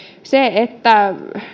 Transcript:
se että